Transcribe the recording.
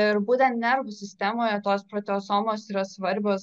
ir būtent nervų sistemoje tos proteosomos yra svarbios